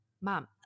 mom